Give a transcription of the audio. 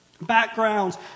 backgrounds